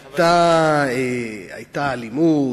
היתה אלימות,